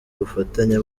ubufatanye